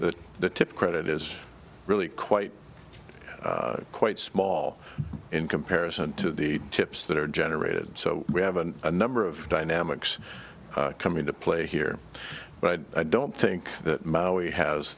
that the tip credit is really quite quite small in comparison to the tips that are generated so we have a number of dynamics come into play here but i don't think that maui has